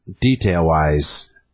detail-wise